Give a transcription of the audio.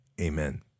Amen